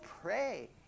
pray